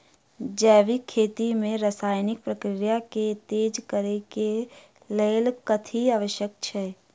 जैविक खेती मे रासायनिक प्रक्रिया केँ तेज करै केँ कऽ लेल कथी आवश्यक छै?